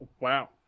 Wow